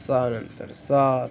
सहानंतर सात